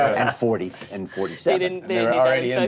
and forty, and forty seven. they're already and